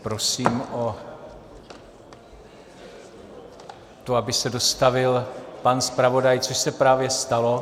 Prosím o to, aby se dostavil pan zpravodaj, což se právě stalo.